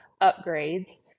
upgrades